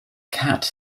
cat